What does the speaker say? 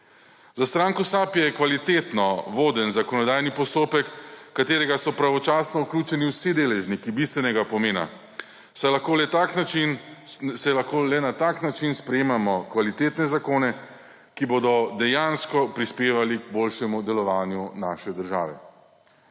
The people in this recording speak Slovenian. (nadaljevanje) kvalitetno voden zakonodajni postopek, v katerega so pravočasno vključeni vsi deležniki bistvenega pomena, saj lahko le na tak način sprejemamo kvalitetne zakone, ki bodo dejansko prispevali k boljšemu delovanju naše države.